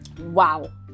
wow